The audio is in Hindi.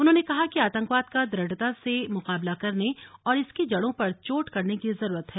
उन्होंने कहा कि आतंकवाद का दुढ़ता से मुकाबला करने और इसकी जड़ों पर चोट करने की जरूरत है